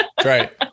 Right